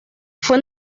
fue